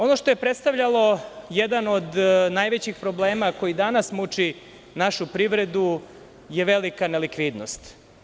Ono što je predstavljalo jedan od najvećih problema koji danas muči našu privredu je velika nelikvidnost.